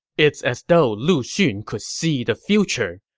it's as though lu xun could see the future.